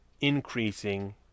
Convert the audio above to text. increasing